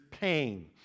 pain